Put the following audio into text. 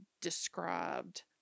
described